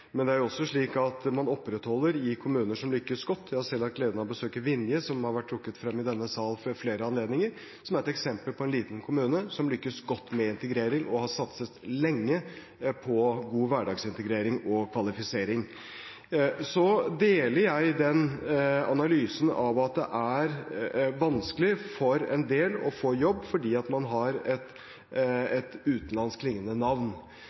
man opprettholder dem i de kommunene som lykkes godt. Jeg har selv hatt gleden av å besøke Vinje, som har vært trukket frem i denne sal ved flere anledninger som et eksempel på en liten kommune som lykkes godt med integrering og har satset lenge på god hverdagsintegrering og kvalifisering. Jeg deler analysen at det er vanskelig for en del å få jobb fordi de har et utenlandskklingende navn.